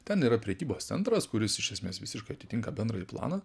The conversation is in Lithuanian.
ten yra prekybos centras kuris iš esmės visiškai atitinka bendrąjį planą